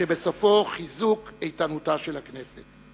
שבסופו חיזוק איתנותה של הכנסת.